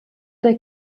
der